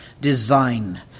design